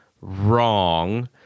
wrong